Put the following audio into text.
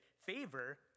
favor